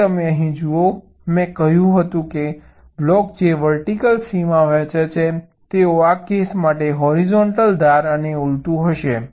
તેથી તમે અહીં જુઓ મેં કહ્યું કે બ્લોક જે વર્ટિકલ સીમા વહેંચે છે તેઓ આ કેસ માટે હોરિઝોન્ટલ ધાર અને ઉલટું હશે